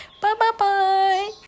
Bye-bye-bye